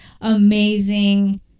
amazing